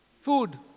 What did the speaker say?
Food